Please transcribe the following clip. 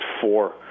four